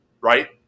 Right